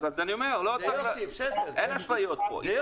אז אני אומר: אין אשליות פה,